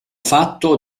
fatto